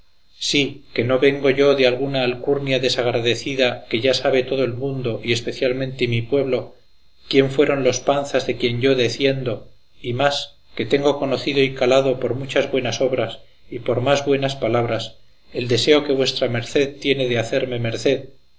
sí que no vengo yo de alguna alcurnia desagradecida que ya sabe todo el mundo y especialmente mi pueblo quién fueron los panzas de quien yo deciendo y más que tengo conocido y calado por muchas buenas obras y por más buenas palabras el deseo que vuestra merced tiene de hacerme merced